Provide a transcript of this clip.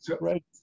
right